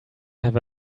have